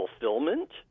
fulfillment